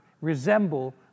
resemble